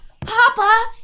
Papa